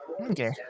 Okay